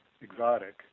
exotic